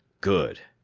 good!